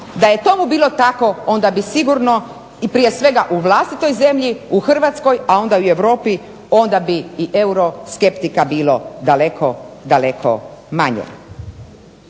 Da je tomu bilo tako onda bi prije svega i u vlastitoj zemlji a onda i u Europi onda bi i Euroskeptika bilo daleko manje.